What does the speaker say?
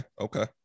okay